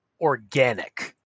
organic